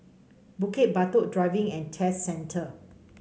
Bukit Batok Driving And Test Centre